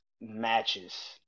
matches